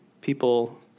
people